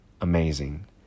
Amazing